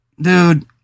dude